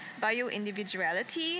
bio-individuality